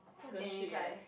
and is like